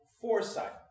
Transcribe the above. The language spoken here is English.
foresight